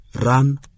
Run